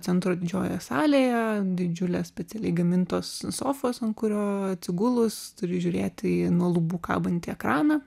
centro didžiojoje salėje didžiulė specialiai gamintos sofos ant kurio atsigulus turi žiūrėti į nuo lubų kabantį ekraną